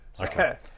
Okay